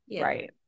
Right